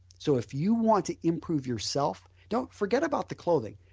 so if you want to improve yourself don't, forget about the clothing.